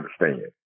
understand